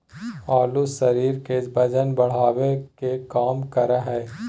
आलू शरीर के वजन बढ़ावे के काम करा हइ